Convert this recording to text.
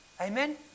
Amen